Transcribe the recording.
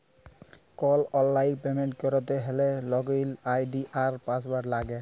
call অললাইল payment ক্যরতে হ্যলে লগইল আই.ডি আর পাসঅয়াড় লাগে